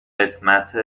قسمت